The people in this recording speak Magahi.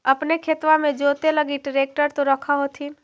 अपने खेतबा मे जोते लगी ट्रेक्टर तो रख होथिन?